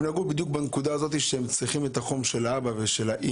הם נגעו בדיוק בנקודה הזאת שהם צריכים את החום של האבא והאימא.